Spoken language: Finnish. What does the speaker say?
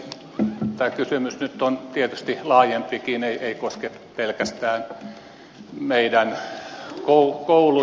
tämä kysymys nyt on tietysti laajempikin ei koske pelkästään meidän kouluja